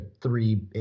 three